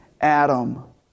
Adam